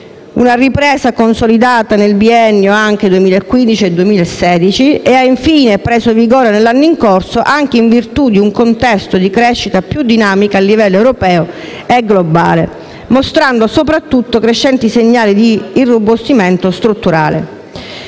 nel 2014, consolidata nel biennio 2015-2016 ed ha, infine, preso vigore nell'anno in corso, anche in virtù di un contesto di crescita più dinamica a livello europeo e globale, mostrando soprattutto crescenti segnali di irrobustimento strutturale.